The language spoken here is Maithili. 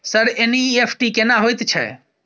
सर एन.ई.एफ.टी केना होयत छै?